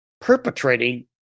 perpetrating